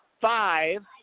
five